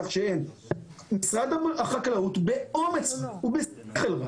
משרד החקלאות, באומץ ובשכל,